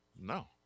No